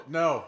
no